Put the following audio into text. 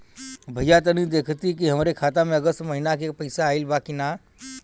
भईया तनि देखती की हमरे खाता मे अगस्त महीना में क पैसा आईल बा की ना?